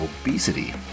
obesity